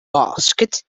basket